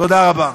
תודה רבה.